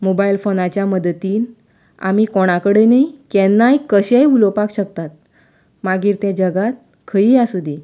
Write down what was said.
mobile फोनाच्या मदतीन आमी कोणा कडेनूय केन्नाय कशेंय उलोवपाक शकतात मागीर तें जगांत खंयूय आसुंदी